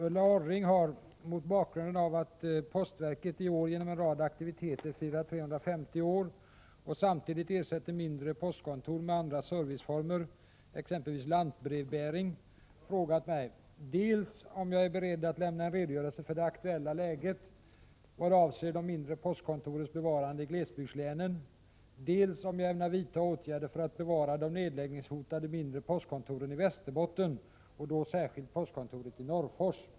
Ulla Orring har, mot bakgrund av att Postverket i år — genom en rad aktiviteter — firar 350 år och samtidigt ersätter mindre postkontor med andra serviceformer, exempelvis lantbrevbäring, frågat mig dels om jag är beredd att lämna en redogörelse för det aktuella läget vad avser de mindre postkontorens bevarande i glesbygdslänen, dels om jag ämnar vidtaga några åtgärder för att bevara de nedläggningshotade mindre postkontoren i Västerbotten och då särskilt postkontoret i Norrfors.